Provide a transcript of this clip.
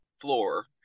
floor